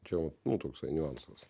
čia nu toksai niuansas